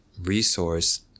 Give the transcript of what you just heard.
resource